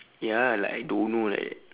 ya like I don't know like that